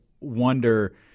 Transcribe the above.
wonder